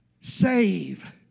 Save